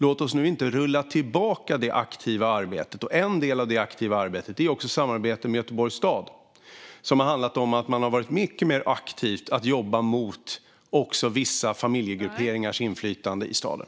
Låt oss nu inte rulla tillbaka det aktiva arbetet. En del av det aktiva arbetet är samarbetet med Göteborgs stad som har handlat om att man har varit mycket mer aktiv också med att jobba mot vissa familjegrupperingars inflytande i staden.